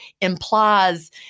implies